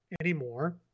anymore